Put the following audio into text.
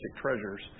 treasures